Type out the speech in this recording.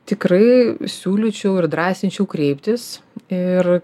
tikrai siūlyčiau ir drąsinčiau kreiptis ir